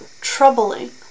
Troubling